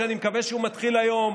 שאני מקווה שהוא מתחיל היום,